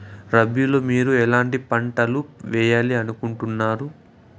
రబిలో మీరు ఎట్లాంటి పంటలు వేయాలి అనుకుంటున్నారు?